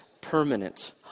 permanent